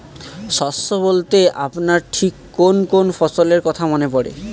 শস্য বলতে আপনার ঠিক কোন কোন ফসলের কথা মনে পড়ে?